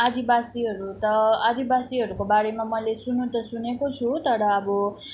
आदिवासीहरू त आदिवासीहरूको बारेमा मैले सुन्नु त सुनेको छु तर अब